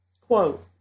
Quote